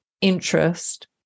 Interest